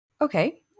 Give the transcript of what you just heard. Okay